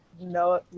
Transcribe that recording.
no